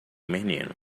menino